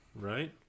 Right